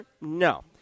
no